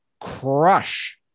crush